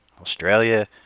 Australia